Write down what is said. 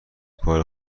کار